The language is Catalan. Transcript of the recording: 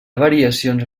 variacions